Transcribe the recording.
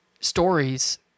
stories